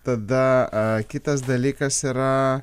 tada a kitas dalykas yra